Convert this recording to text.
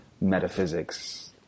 metaphysics